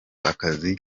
akazi